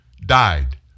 died